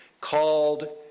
called